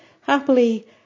happily